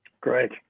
Great